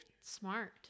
smart